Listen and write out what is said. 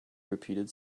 repeated